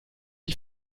die